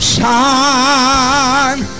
Shine